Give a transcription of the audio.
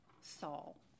Saul